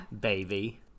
Baby